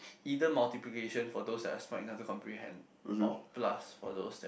either multiplication for those that are smart enough to comprehend or plus for those that